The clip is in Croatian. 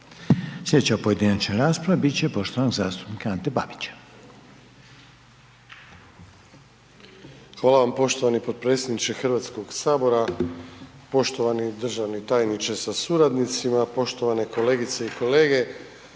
Slijedeća pojedinačna rasprava bit će poštovanog zastupnika Ante Babića.